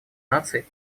наций